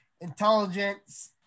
intelligence